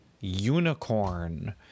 unicorn